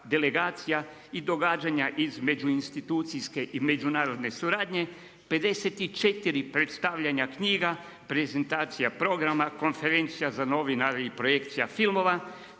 delegacija i događanja iz međuinstitucijske i međunarodne suradnje, 54 predstavljanja knjiga, prezentacija, programa, konferencija za novinare i projekcija filmova,